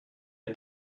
hai